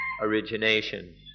origination